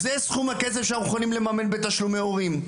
"זה סכום הכסף שאנחנו יכולים לממן בתשלומי הורים".